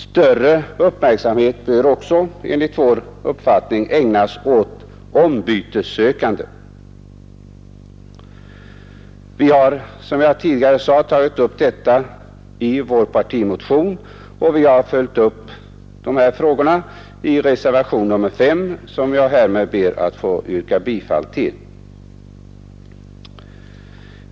Större uppmärksamhet bör också ägnas åt ombytessökande. Vi har som jag tidigare nämnde tagit upp detta i vår partimotion och följt upp den i reservationen som jag ber att få yrka bifall till.